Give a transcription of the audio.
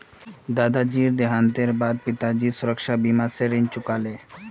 दादाजीर देहांतेर बा द पिताजी सुरक्षा बीमा स ऋण चुका ले